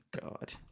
god